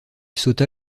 sauta